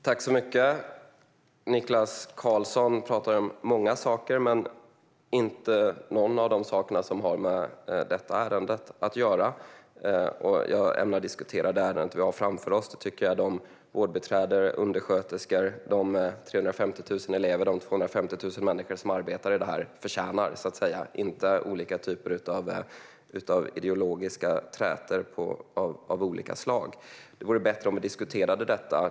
Herr talman! Niklas Karlsson talar om många saker men inte om någon av de saker som har med detta ärende att göra. Jag ämnar diskutera ärendet vi har framför oss; jag tycker att de vårdbiträden, de undersköterskor, de 350 000 elever och de 250 000 människor som arbetar i denna verksamhet förtjänar det och inte ideologiska trätor av olika slag. Det vore bättre om vi diskuterade det.